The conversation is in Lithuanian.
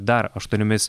dar aštuoniomis